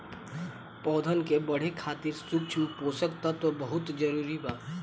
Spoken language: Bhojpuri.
पौधन के बढ़े खातिर सूक्ष्म पोषक तत्व बहुत जरूरी बा